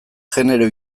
genero